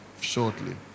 shortly